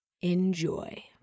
Enjoy